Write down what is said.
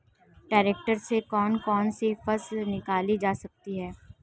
Tractor से कौन कौनसी फसल निकाली जा सकती हैं?